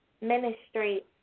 Ministry